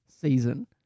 season